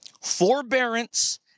forbearance